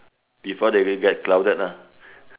before they they get crowded lah